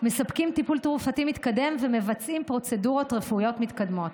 מספקים טיפול תרופתי מתקדם ומבצעים פרוצדורות רפואיות מתקדמות.